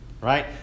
right